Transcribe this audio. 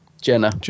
Jenna